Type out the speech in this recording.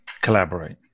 collaborate